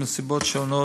מסיבות שונות,